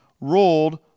rolled